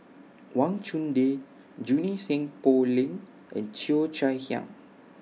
Wang Chunde Junie Sng Poh Leng and Cheo Chai Hiang